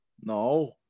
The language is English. no